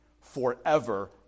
forever